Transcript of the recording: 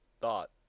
thought